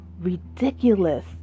ridiculous